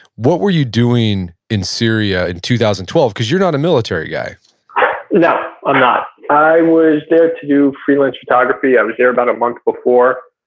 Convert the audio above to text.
what were you doing in syria in two thousand and twelve, because you're not a military guy no, i'm not. i was there to do freelance photography. i was there about a month before,